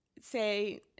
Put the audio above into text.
say